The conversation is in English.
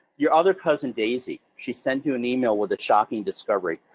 your other cousin, daisy, she sent you an email with a shocking discovery.